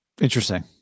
Interesting